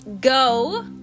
go